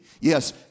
Yes